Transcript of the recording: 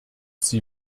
sie